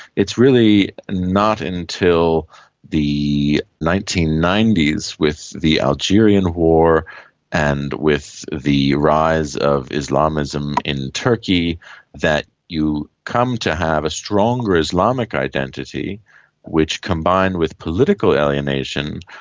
it's really not until the nineteen ninety s with the algerian war and with the rise of islamism in turkey that you come to have a stronger islamic identity which, combined with political alienation,